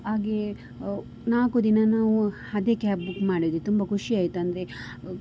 ಹಾಗೆ ನಾಲ್ಕು ದಿನ ನಾವು ಅದೇ ಕ್ಯಾಬ್ ಬುಕ್ ಮಾಡಿದ್ವಿ ತುಂಬ ಖುಷಿ ಆಯಿತು ಅಂದರೆ